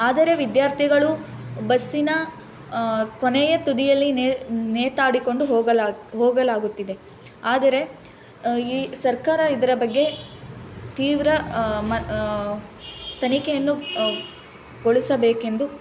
ಆದರೆ ವಿದ್ಯಾರ್ಥಿಗಳು ಬಸ್ಸಿನ ಕೊನೆಯ ತುದಿಯಲ್ಲಿ ನೇತಾಡಿಕೊಂಡು ಹೋಗಲಾ ಹೋಗಲಾಗುತ್ತಿದೆ ಆದರೆ ಈ ಸರ್ಕಾರ ಇದರ ಬಗ್ಗೆ ತೀವ್ರ ಮ ತನಿಖೆಯನ್ನು ಗೊಳಿಸಬೇಕೆಂದು